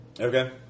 Okay